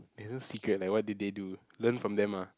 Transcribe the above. there's no secret like what did they do learn from them ah